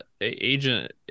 agent